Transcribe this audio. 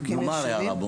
מה היה רע בו?